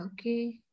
okay